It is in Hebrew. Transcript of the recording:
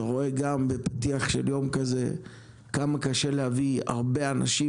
אתה רואה גם בפתיח של יום כזה כמה קשה להביא הרבה אנשים